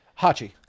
Hachi